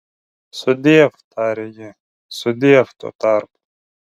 sudiev tarė ji sudiev tuo tarpu